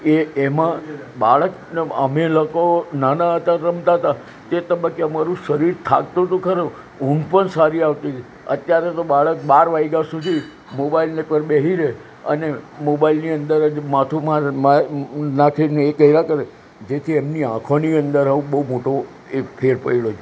એ એમાં બાળકને અમે લોકો નાના હતાને રમતા હતા તે તબક્કે અમારું શરીર થાકતું હતું ખરું ઊંઘ પણ સારી આવતી હતી અત્યારે તો બાળક બાર વાઇગા સુધી મોબાઇલને લઈને બેસી રહે અને મોબાઇલની અંદર જ માથું માર નાખીને તૈયાર કરે જેથી એમની આંખોની અંદર હવ બહુ મોટો એ ફેર પડી ગયો છે